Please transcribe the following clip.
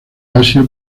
asia